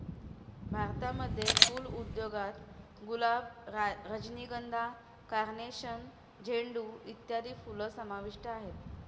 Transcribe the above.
भारतामध्ये फुल उद्योगात गुलाब, रजनीगंधा, कार्नेशन, झेंडू इत्यादी फुलं समाविष्ट आहेत